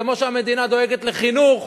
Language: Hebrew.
כמו שהמדינה דואגת לחינוך,